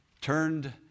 turned